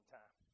time